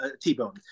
T-bone